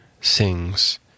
sings